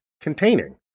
containing